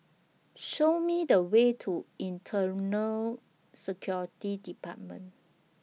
Show Me The Way to Internal Security department